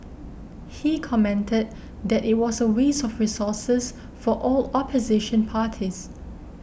he commented that it was a waste of resources for all opposition parties